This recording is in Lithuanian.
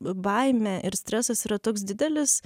baimė ir stresas yra toks didelis